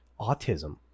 autism